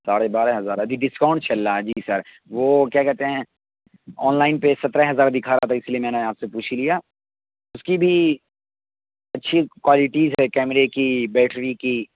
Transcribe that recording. ساڑے بارہ ہزار ابھی ڈسکاؤنٹ چل رہا ہے جی سر وہ کیا کہتے ہیں آن لائن پہ سترہ ہزار دکھا رہا تھا اس لیے میں نے آپ سے پوچھ ہی لیا اس کی بھی اچھی کوالیٹیز ہے کیمرے کی بیٹری کی